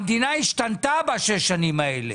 המדינה השתנתה בשש שנים האלה.